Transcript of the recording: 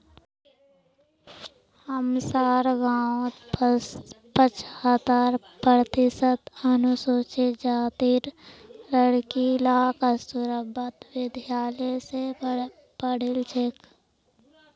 हमसार गांउत पछहत्तर प्रतिशत अनुसूचित जातीर लड़कि ला कस्तूरबा विद्यालय स पढ़ील छेक